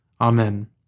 Amen